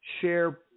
share